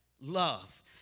love